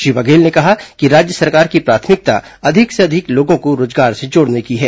श्री बघेल ने कहा कि राज्य सरकार की प्राथमिकता अधिक से अधिक लोगों को रोजगार से जोडने की है